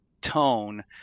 tone